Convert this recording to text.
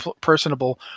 personable